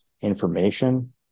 information